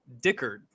Dickard